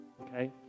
Okay